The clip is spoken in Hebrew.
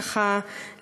ככה,